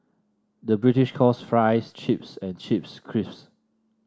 the British calls fries chips and chips crisps